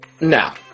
Now